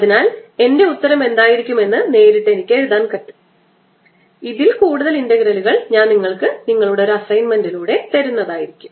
അതിനാൽ എൻറെ ഉത്തരം എന്തായിരിക്കും എന്ന് നേരിട്ട് കെ എനിക്ക് എഴുതാൻ കഴിയും ഇതിൽ കൂടുതൽ ഇൻററഗ്രലുകൾ ഞാൻ നിങ്ങൾക്ക് നിങ്ങളുടെ അസൈൻമെൻറ് ആയി തരുന്നതായിരിക്കും